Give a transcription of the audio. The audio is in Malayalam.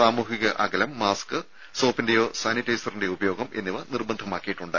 സാമൂഹ്യ അകലം മാസ്ക് സോപ്പിന്റേയോ സാനിറ്റൈസറിന്റേയോ ഉപയോഗം എന്നിവ നിർബന്ധമാക്കിയിട്ടുണ്ട്